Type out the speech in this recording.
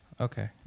Okay